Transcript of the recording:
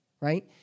right